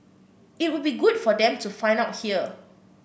it would be good for them to find out here